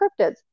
cryptids